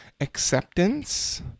acceptance